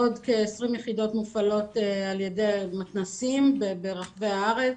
עוד כ-20 יחידות מופעלות על ידי מתנ"סים ברחבי הארץ.